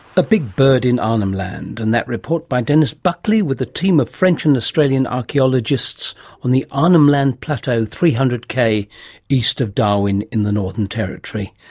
a big bird in arnhem land. and that report by denis buckley with a team of french and australian archaeologists on the arnhem land plateau, three hundred kilometres east of darwin in the northern territory,